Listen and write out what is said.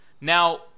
Now